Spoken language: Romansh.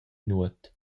nuot